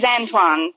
Antoine